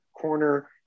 corner